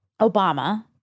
Obama